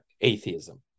atheism